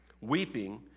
weeping